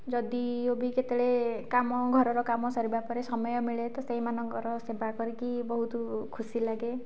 ଯଦି ଓବି କେତେବେଳେ କାମ ଘରର କାମ ସରିବା ପରେ ସମୟ ମିଳେ ତ ସେଇ ମାନଙ୍କର ସେବା କରିକି ବହୁତ ଖୁସି ଲାଗେ